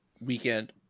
weekend